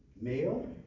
male